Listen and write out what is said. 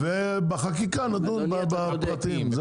כלל ובחקיקה נדון בפרטים.